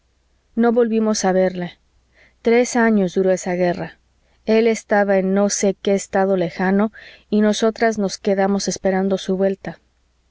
no volvimos a verle tres años duró esa guerra el estaba en no sé qué estado lejano y nosotras nos quedamos esperando su vuelta